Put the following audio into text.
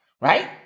Right